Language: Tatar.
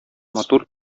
матур